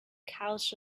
couch